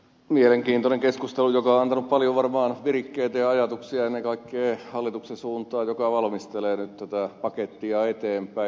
mielenkiintoinen keskustelu joka on antanut paljon varmaan virikkeitä ja ajatuksia ennen kaikkea hallituksen suuntaan joka valmistelee nyt tätä pakettia eteenpäin